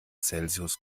celsius